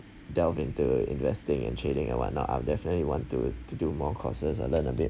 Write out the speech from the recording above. delve into investing and trading and what not I'm definitely want to to do more courses and learn a bit